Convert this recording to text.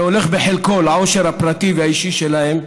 הולכים בחלקם לעושר הפרטי והאישי שלהם,